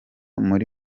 muri